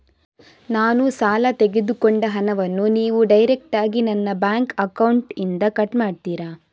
ನಾನು ಸಾಲ ತೆಗೆದುಕೊಂಡ ಹಣವನ್ನು ನೀವು ಡೈರೆಕ್ಟಾಗಿ ನನ್ನ ಬ್ಯಾಂಕ್ ಅಕೌಂಟ್ ಇಂದ ಕಟ್ ಮಾಡ್ತೀರಾ?